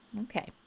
Okay